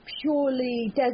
purely